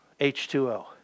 H2O